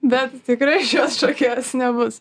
bet tikrai iš jos šokėjos nebus